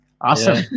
Awesome